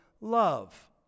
love